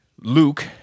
Luke